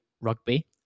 rugby